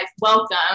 Welcome